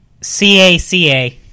CACA